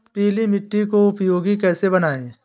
पीली मिट्टी को उपयोगी कैसे बनाएँ?